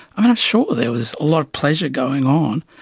ah not sure. there was a lot of pleasure going on.